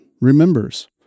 remembers